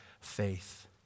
faith